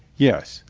yes.